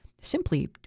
simply